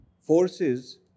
forces